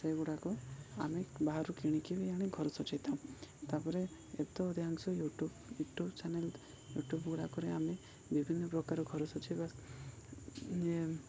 ସେଗୁଡ଼ାକ ଆମେ ବାହାରୁ କିଣିକି ବି ଆଣି ଘର ସଜେଇଥାଉ ତା'ପରେ ଏବେ ତ ଅଧିକାଂଶ ୟୁଟ୍ୟୁବ୍ ୟୁଟ୍ୟୁବ୍ ଚ୍ୟାନେଲ୍ ୟୁଟ୍ୟୁବ୍ ଗୁଡ଼ାକରେ ଆମେ ବିଭିନ୍ନ ପ୍ରକାର ଘର ସଜେଇବା